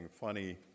funny